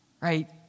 Right